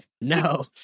No